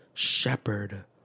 shepherd